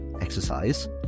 exercise